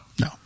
No